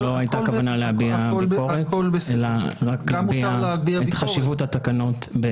לא הייתה כוונה להביע ביקורת אלא רק להביע את חשיבות התקנות.